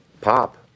pop